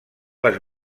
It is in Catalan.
les